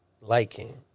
liking